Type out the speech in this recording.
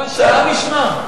לא, שהעם ישמע.